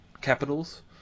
capitals